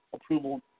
approval